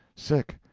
sick,